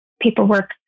paperwork